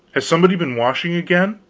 has somebody been washing again?